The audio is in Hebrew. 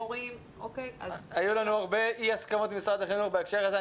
היו לנו אי הסכמות עם משרד החינוך בהקשר הזה.